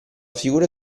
figura